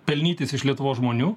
pelnytis iš lietuvos žmonių